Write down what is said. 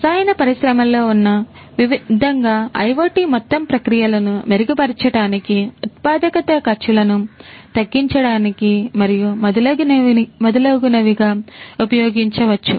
రసాయన పరిశ్రమలో ఉన్న విధంగా IoT మొత్తం ప్రక్రియలను మెరుగుపరచడానికి ఉత్పాదకత ఖర్చులను తగ్గించడానికి మరియు మొదలగునవిగా ఉపయోగించవచ్చు